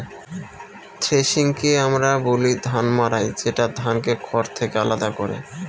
থ্রেশিংকে আমরা বলি ধান মাড়াই যেটা ধানকে খড় থেকে আলাদা করে